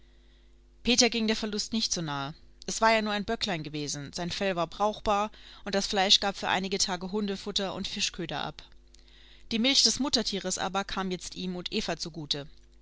peter ging der verlust nicht so nahe es war ja nur ein böcklein gewesen sein fell war brauchbar und das fleisch gab für einige tage hundefutter und fischköder ab die milch des muttertieres aber kam jetzt ihm und eva zugute